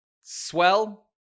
swell